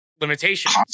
limitations